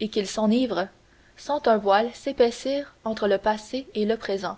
et qu'ils s'enivrent sentent un voile s'épaissir entre le passé et le présent